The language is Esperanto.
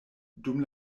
dum